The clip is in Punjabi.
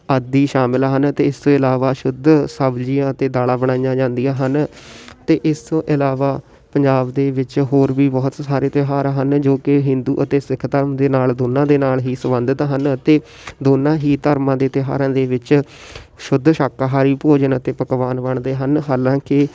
ਆਦਿ ਸ਼ਾਮਿਲ ਹਨ ਅਤੇ ਇਸ ਤੋਂ ਇਲਾਵਾ ਸ਼ੁੱਧ ਸਬਜ਼ੀਆਂ ਅਤੇ ਦਾਲਾਂ ਬਣਾਈਆਂ ਜਾਂਦੀਆਂ ਹਨ ਅਤੇ ਇਸ ਤੋਂ ਇਲਾਵਾ ਪੰਜਾਬ ਦੇ ਵਿੱਚ ਹੋਰ ਵੀ ਬਹੁਤ ਸਾਰੇ ਤਿਉਹਾਰ ਹਨ ਜੋ ਕਿ ਹਿੰਦੂ ਅਤੇ ਸਿੱਖ ਧਰਮ ਦੇ ਨਾਲ ਦੋਨਾਂ ਦੇ ਨਾਲ ਹੀ ਸੰਬੰਧਿਤ ਹਨ ਅਤੇ ਦੋਨਾਂ ਹੀ ਧਰਮਾਂ ਦੇ ਤਿਉਹਾਰਾਂ ਦੇ ਵਿੱਚ ਸ਼ੁੱਧ ਸ਼ਾਕਾਹਾਰੀ ਭੋਜਨ ਅਤੇ ਪਕਵਾਨ ਬਣਦੇ ਹਨ ਹਾਲਾਂਕਿ